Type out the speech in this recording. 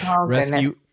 Rescue